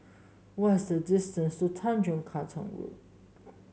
what is the distance to Tanjong Katong Road